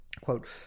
Quote